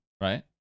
Right